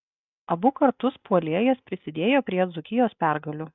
abu kartus puolėjas prisidėjo prie dzūkijos pergalių